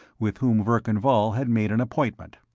with whom verkan vall had made an appointment.